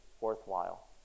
worthwhile